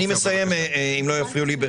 אני מסיים אם לא יפריעו לי.